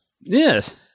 yes